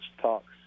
talks